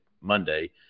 Monday